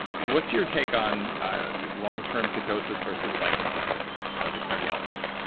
what's your take on long-term ketosis versus cycling ketosis as a cardiologist.